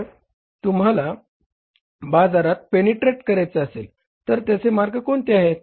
जर तुम्हाला बाजाराला पेनिट्रेट करायचे असेल तर त्याचे मार्ग कोणते आहे